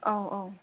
औ औ